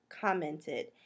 commented